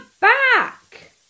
back